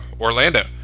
orlando